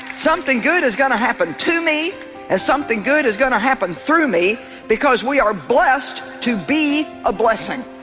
something good is going to happen to me and something good is going to happen through me because we are blessed to be a blessing